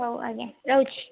ହଉ ଆଜ୍ଞା ରହୁଛି